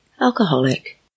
Alcoholic